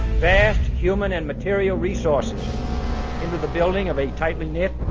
vast human and material resources into the building of a tightly knit,